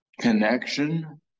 connection